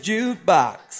Jukebox